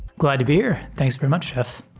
glad to be here. thanks very much, jeff.